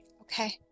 Okay